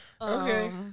okay